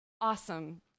awesome